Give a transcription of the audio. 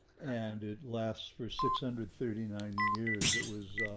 and it lasts for six hundred thirty nine years, it was